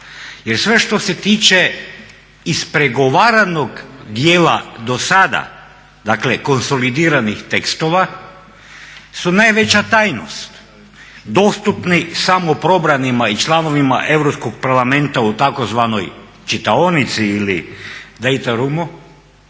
jer sve što se tiče ispregovaranog dijela do sada, dakle konsolidiranih tekstova su najveća tajnost dostupni samo probranima i članovima Europskog parlamenta u tzv. čitaonici ili date roomu,